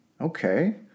Okay